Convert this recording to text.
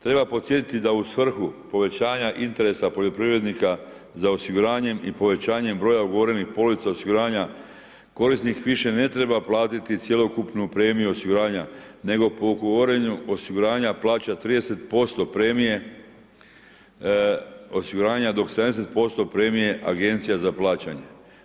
Treba podsjetiti da u svrhu povećanja interesa poljoprivrednika za osiguranjem i povećanjem brojem ugovorenih polica osiguranja korisnik više ne treba platiti cjelokupnu premiju osiguranja nego po ugovaranju osiguranja plaća 30% premije osiguranja, dok 70% premije Agencija za plaćanje.